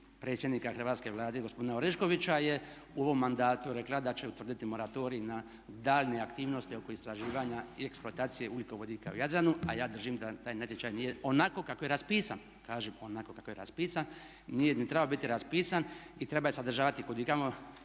predsjednika Hrvatske vlade gospodina Oreškovića je u ovom mandatu rekla da će utvrditi moratorij na daljnje aktivnosti oko istraživanja i eksploatacije ugljikovodika u Jadranu a ja držim da taj natječaj nije onako kako je raspisan, kažem onako kako je raspisan nije ni trebao biti raspisan i trebao je sadržavati kud i kamo